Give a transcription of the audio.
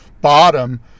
bottom